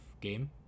game